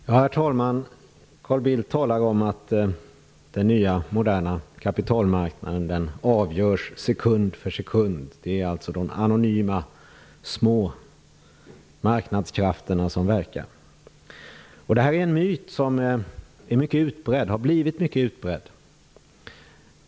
Herr talman! Carl Bildt talar om att på den nya moderna kapitalmarknaden avgörs transaktioner sekund för sekund. Det är de anonyma små marknadskrafterna som verkar. Det är en myt som har blivit mycket utbredd.